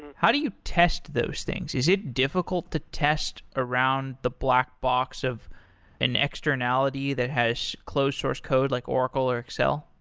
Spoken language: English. how do you test those things? is it difficult to test around the black box of an externality that has close source code, like oracle, or excel?